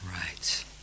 Right